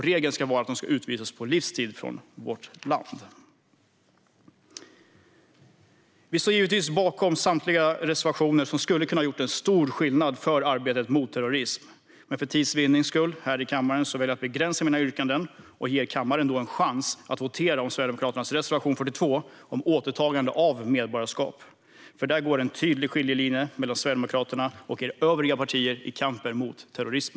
Regeln ska vara att de ska utvisas på livstid från vårt land. Vi står givetvis bakom samtliga våra reservationer, som skulle ha kunnat göra en stor skillnad för arbetet mot terrorism. För tids vinnande väljer jag dock att begränsa mina yrkanden och ger kammaren en chans att votera om Sverigedemokraternas reservation 42 om återtagande av medborgarskap. Där går nämligen en tydlig skiljelinje mellan Sverigedemokraterna och er övriga partier i kampen mot terrorismen.